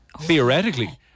Theoretically